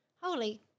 holy